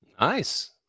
Nice